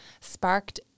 sparked